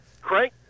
Craig